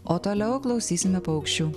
o toliau klausysime paukščių